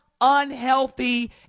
unhealthy